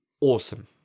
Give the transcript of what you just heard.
Awesome